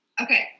Okay